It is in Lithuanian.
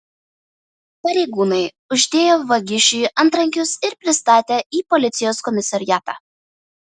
pareigūnai uždėjo vagišiui antrankius ir pristatė į policijos komisariatą